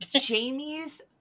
Jamie's